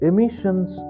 Emissions